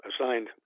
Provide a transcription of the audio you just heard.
assigned